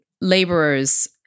laborers